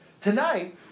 Tonight